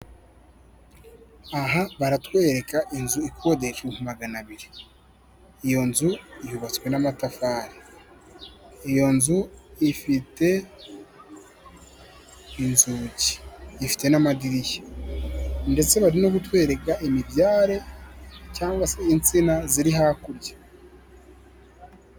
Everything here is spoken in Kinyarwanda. Aha baratwereka inzu ikodesha ibihumbi maganabiri, iyo nzu yubatswe n'amatafari, iyo nzu ifite inzugi ifite n'amadirishya ndetse barimo kutwereka imibyare cyangwa se insina ziri hakurya.